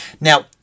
Now